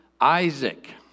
Isaac